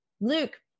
Luke